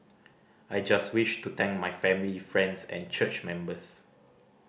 I just wish to thank my family friends and church members